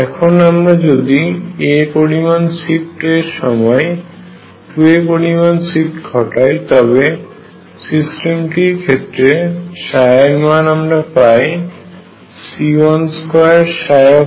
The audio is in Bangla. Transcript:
এখন আমরা যদি a পরিমান শিফট এর সময় 2a পরিমান শিফট ঘটায় তবে সিস্টেমটির ক্ষেত্রে এর মান আমরা পাই C12ψ